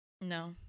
No